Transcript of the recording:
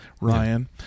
Ryan